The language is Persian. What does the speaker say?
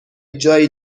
جایی